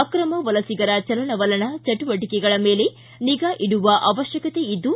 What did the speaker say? ಆಕ್ರಮ ವಲಸಿಗರ ಚಲನವಲನ ಚಟುವಟಿಕೆಗಳ ಮೇಲೆ ನಿಗಾ ಇಡುವ ಅವಶ್ಯಕತೆ ಇದ್ದು